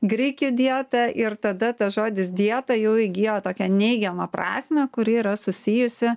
grikių dieta ir tada tas žodis dieta jau įgijo tokią neigiamą prasmę kuri yra susijusi